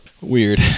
weird